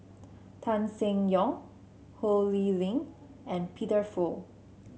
Tan Seng Yong Ho Lee Ling and Peter Fu